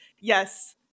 Yes